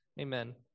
Amen